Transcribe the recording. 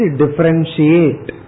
differentiate